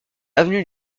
avenue